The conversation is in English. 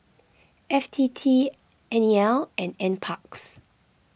F T T N E L and N Parks